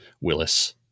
Willis